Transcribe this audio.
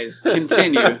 continue